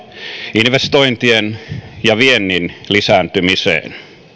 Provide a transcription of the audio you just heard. investointien ja viennin lisääntymiseen